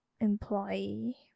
employee